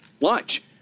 lunch